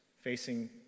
facing